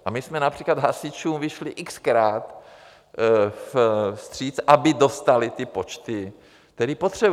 A my jsme například hasičům vyšli xkrát vstříc, aby dostali ty počty, které potřebují.